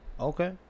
Okay